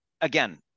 again